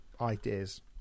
ideas